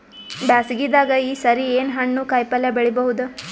ಬ್ಯಾಸಗಿ ದಾಗ ಈ ಸರಿ ಏನ್ ಹಣ್ಣು, ಕಾಯಿ ಪಲ್ಯ ಬೆಳಿ ಬಹುದ?